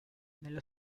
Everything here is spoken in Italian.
nello